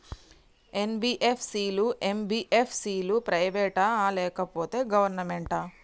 NBFC లు, MBFC లు private ఆ లేకపోతే గవర్నమెంటా?